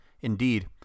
Indeed